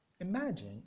Imagine